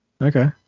Okay